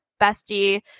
bestie